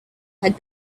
had